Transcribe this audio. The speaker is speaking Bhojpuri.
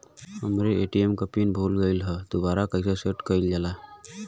हमरे ए.टी.एम क पिन भूला गईलह दुबारा कईसे सेट कइलजाला?